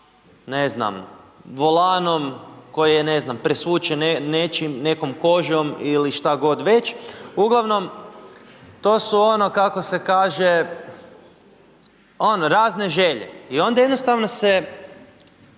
ne znam, volanom, koji je ne znam, presvučen nečim, nekom kožom ili što već. Ugl. to su ono kako se kaže ono razne želje. I onda jednostavno se